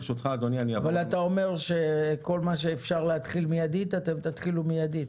ברשותך -- אבל אתה אומר שכל מה שאפשר להתחיל מידית אתם תתחילו מידית.